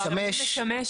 לא אבל אם נשמש,